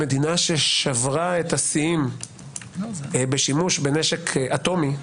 המדינה ששברה שיאים בשימוש בנשק אטומי,